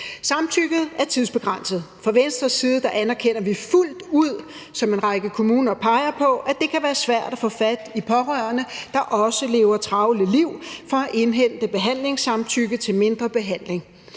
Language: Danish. Samtykket er tidsbegrænset. Fra Venstres side anerkender vi fuldt ud, som en række kommuner peger på, at det kan være svært at få fat i pårørende, der også lever travle liv, for at indhente behandlingssamtykke til en mindre behandling.